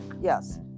Yes